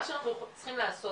מה שאנחנו צריכים לעשות,